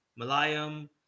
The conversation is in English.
Malayam